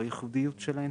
בייחודיות שלהן?